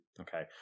Okay